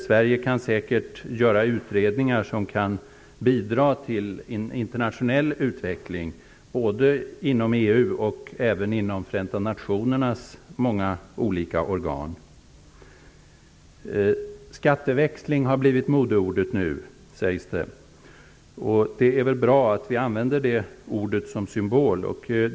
Sverige kan säkert göra utredningar som kan bidra till internationell utveckling, både inom EU och inom Förenta nationernas många olika organ. Skatteväxling har blivit ett modeord, sägs det. Det är väl bra att vi använder det ordet som symbol.